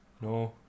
No